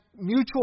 mutual